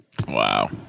Wow